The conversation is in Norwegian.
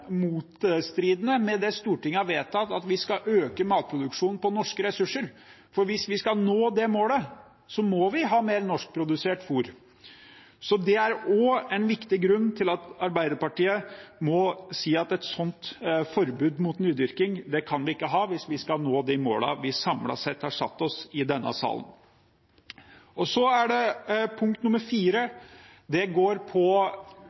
motstridende med det Stortinget har vedtatt, at vi skal øke matproduksjonen på norske ressurser. For hvis vi skal nå det målet, må vi ha mer norskprodusert fôr. Så det er også en viktig grunn til at Arbeiderpartiet må si at vi ikke kan ha et slikt forbud mot nydyrking hvis vi skal nå de målene vi samlet sett har satt oss i denne salen. Punkt nummer fire går på